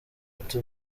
ati